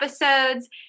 episodes